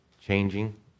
changing